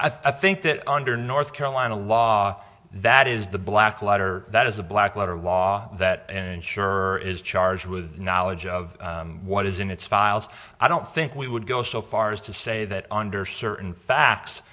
spectrum i think that under north carolina law that is the black letter that is a black letter law that insurer is charged with knowledge of what is in its files i don't think we would go so far as to say that under certain facts